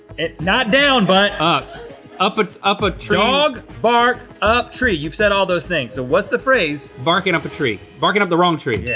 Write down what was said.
and not down, but. up up ah up a tree. dog, bark, up, tree. you've said all those things, so what's the phrase? barking up a tree. barking up the wrong tree.